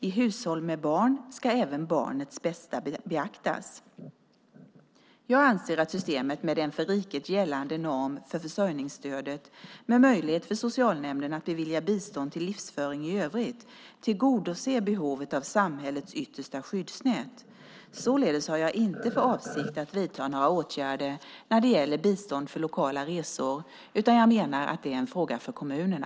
I hushåll med barn ska även barnets bästa beaktas. Jag anser att systemet med en för riket gällande norm för försörjningsstödet, med möjlighet för socialnämnden att bevilja bistånd till livsföring i övrigt, tillgodoser behovet av samhällets yttersta skyddsnät. Således har jag inte för avsikt att vidta några åtgärder när det gäller bistånd för lokala resor, utan jag menar att det är en fråga för kommunerna.